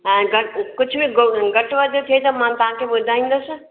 हा ऐं घट कुछ भी घटि वध थे त मां तांखे ॿुधाईंदसि